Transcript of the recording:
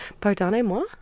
pardonnez-moi